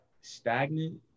stagnant